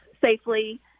safely